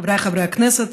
חבריי חברי הכנסת,